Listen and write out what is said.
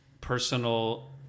personal